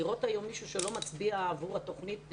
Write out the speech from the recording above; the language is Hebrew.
לראות היום מישהו שלא מצביע עבור הכספים,